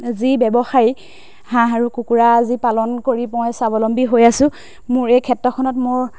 যি ব্যৱসায়ী হাঁহ আৰু কুকুৰা যি পালন কৰি মই স্বাৱলম্বী হৈ আছোঁ মোৰ এই ক্ষেত্ৰখনত মোৰ